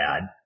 bad